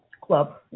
Club